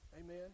Amen